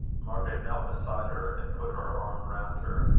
margaret knelt beside her, and put her arm round her.